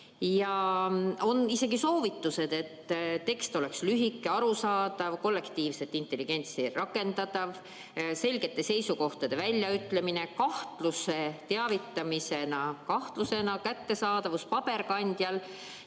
Ja on isegi soovitused: tekst olgu lühike, arusaadav ja kollektiivset intelligentsi rakendav, selgete seisukohtade väljaütlemine, kahtluse teavitamine kahtlusena, kättesaadavus paberkandjal